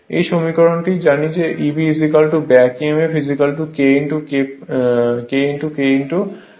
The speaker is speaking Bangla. এই সমীকরণটি জানি যে Eb back Emf KK ∅ n হয়